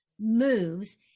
moves